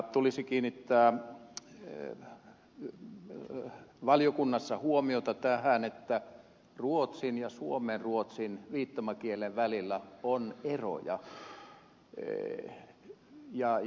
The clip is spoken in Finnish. tulisi kiinnittää huomiota valiokunnassa tähän että ruotsin ja suomenruotsin viittomakielen välillä on eroja